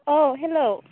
औ हेल'